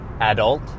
adult